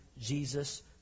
Jesus